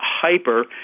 Hyper